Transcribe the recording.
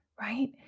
right